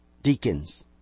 Deacons